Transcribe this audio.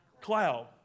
cloud